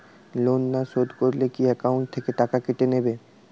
Loan না শোধ করলে কি একাউন্ট থেকে টাকা কেটে নেবে?